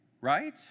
right